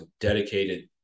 dedicated